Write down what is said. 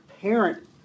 parent